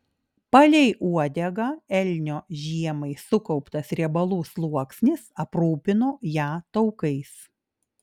palei uodegą elnio žiemai sukauptas riebalų sluoksnis aprūpino ją taukais